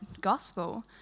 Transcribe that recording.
Gospel